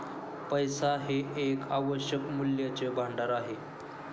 पैसा हे एक आवश्यक मूल्याचे भांडार आहे